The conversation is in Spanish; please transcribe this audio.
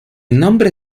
nombre